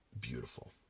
beautiful